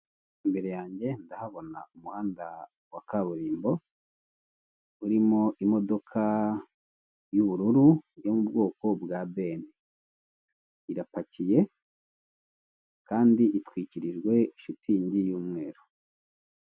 Imbere yanjye ndahabona umuhanda wa kaburimbo urimo imodoka y'ubururu yo mu bwoko bwa beni, irapakiye kandi itwikirijwe shitingi y'umweru.